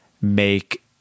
make